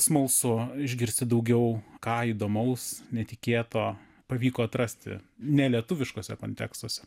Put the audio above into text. smalsu išgirsti daugiau ką įdomaus netikėto pavyko atrasti nelietuviškose kontekstuose